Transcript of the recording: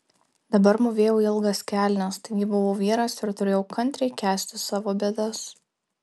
dabar mūvėjau ilgas kelnes taigi buvau vyras ir turėjau kantriai kęsti savo bėdas